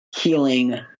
healing